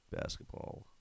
basketball